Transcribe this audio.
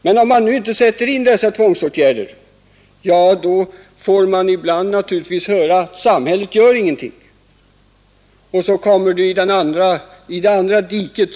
Men om man inte sätter in dessa tvångsåtgärder, då får man naturligtvis ibland höra att samhället ingenting gör, och så hamnar man så att säga i det andra diket.